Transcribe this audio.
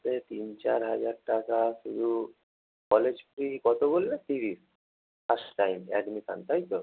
এই তিন চার হাজার টাকা শুধু কলেজ ফ্রি কতো বলে তিরিশ ফার্স্ট টাইম অ্যাডমিশান তাই তো